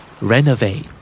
Renovate